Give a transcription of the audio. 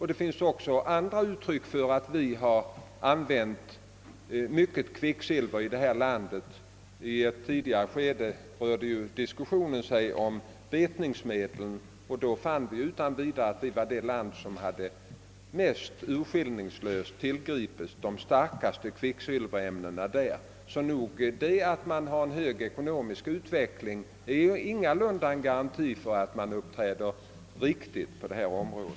Det finns också andra uttryck för att vi har använt mycket kvicksilver. I ett tidigare skede rörde sig ju diskussionen om betningsmedel, och då fann vi utan vidare att Sverige var det land som mest urskillningslöst hade tillgripit de starkaste kvicksilverämnena. En hög ekonomisk utveckling är alltså ingalunda en garanti för att man uppträder riktigt på detta område.